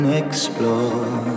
explore